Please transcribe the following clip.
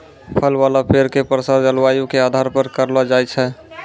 फल वाला पेड़ के प्रसार जलवायु के आधार पर करलो जाय छै